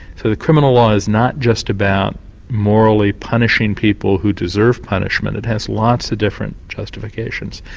so the criminal law is not just about morally punishing people who deserve punishment, it has lots of different justifications.